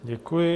Děkuji.